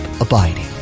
abiding